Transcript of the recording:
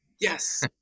Yes